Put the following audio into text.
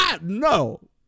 No